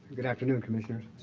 good afternoon, commissioners.